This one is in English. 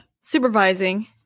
supervising